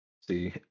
See